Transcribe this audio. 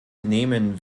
nehmen